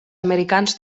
americans